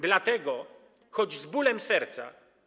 Dlatego, choć z bólem serca.